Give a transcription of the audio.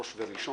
ראש וראשון.